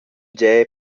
gie